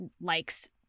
likes